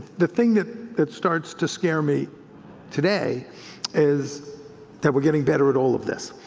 the thing that that starts to scare me today is that we're getting better at all of this.